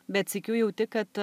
bet sykiu jauti kad